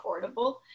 affordable